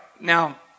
Now